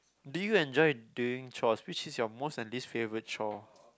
do you enjoy doing chores which is your most and least favourite chore